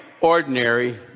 ordinary